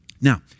Now